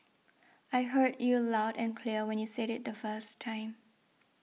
I heard you loud and clear when you said it the first time